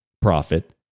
profit